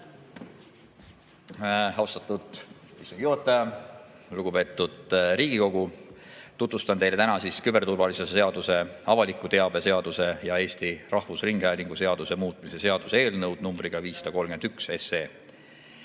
austatud istungi juhataja! Lugupeetud Riigikogu! Tutvustan teile täna küberturvalisuse seaduse, avaliku teabe seaduse ja Eesti Rahvusringhäälingu seaduse muutmise seaduse eelnõu numbriga